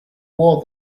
wore